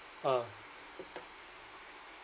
ah